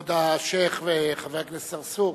כבוד השיח', חבר הכנסת צרצור,